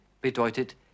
bedeutet